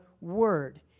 Word